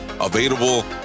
available